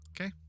Okay